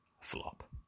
Flop